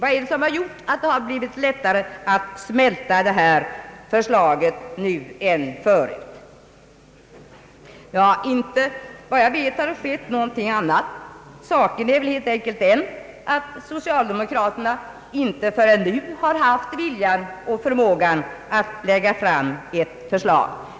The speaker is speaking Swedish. Vad är det som gjort att det har blivit lättare att smälta det här förslaget nu än förut? Enligt vad jag kan se har det inte skett någonting. Saken är väl helt enkelt den att socialdemokraterna inte förrän nu har haft viljan och förmågan att lägga fram ett förslag.